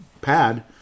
pad